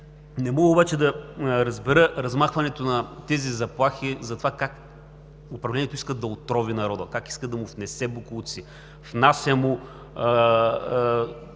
Не мога обаче да разбера размахването на тези заплахи затова как управлението иска да отрови народа, как иска да му внесе боклуци, внася му